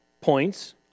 points